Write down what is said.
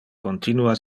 continua